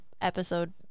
episode